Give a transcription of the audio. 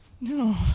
No